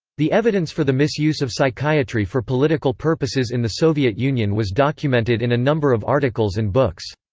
the evidence for the misuse of psychiatry for political purposes in the soviet union was documented in a number of articles and books.